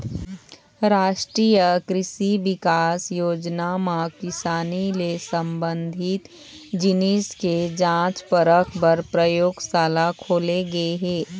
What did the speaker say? रास्टीय कृसि बिकास योजना म किसानी ले संबंधित जिनिस के जांच परख पर परयोगसाला खोले गे हे